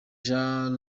jean